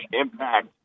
impact